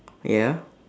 ya